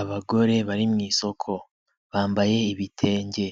Abagore bari mu isoko bambaye ibitenge